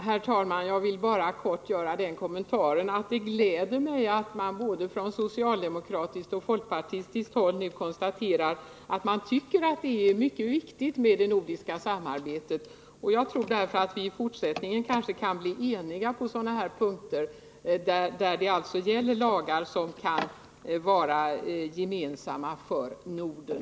Herr talman! Jag vill bara kort göra den kommentaren att det gläder mig att man både från socialdemokratiskt och folkpartistiskt håll nu konstaterar, att det nordiska samarbetet är mycket viktigt. Jag tror därför att vi kanske i fortsättningen kan bli eniga på sådana här punkter, där det gäller lagar som kan vara gemensamma för Norden.